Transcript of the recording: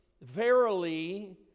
verily